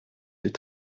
yeux